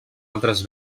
altres